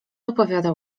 opowiadał